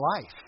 life